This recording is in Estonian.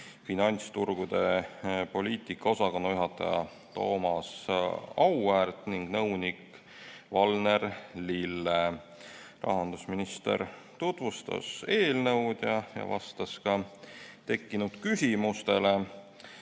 finantsturgude poliitika osakonna juhataja Thomas Auväärt ning nõunik Valner Lille. Rahandusminister tutvustas eelnõu ja vastas ka küsimustele.